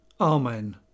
Amen